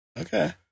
Okay